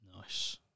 Nice